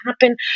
happen